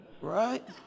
right